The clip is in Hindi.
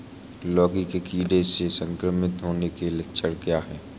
लौकी के कीड़ों से संक्रमित होने के लक्षण क्या हैं?